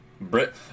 brit